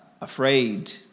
afraid